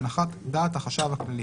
להנחת דעת החשב הכללי.